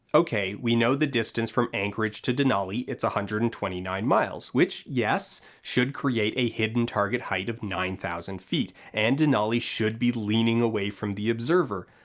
okay, we know the distance from anchorage to denali, it's one hundred and twenty nine miles, which, yes, should create a hidden target height of nine thousand feet, and denali should be leaning away from the observer,